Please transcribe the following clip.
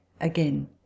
again